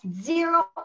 zero